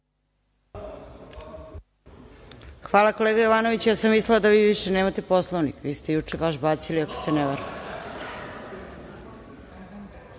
Hvala, kolega Jovanoviću. Ja sam mislila da vi više nemate Poslovnik. Vi ste juče vaš bacili ako se ne varam. Ja